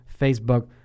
Facebook